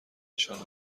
نشانه